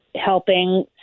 helping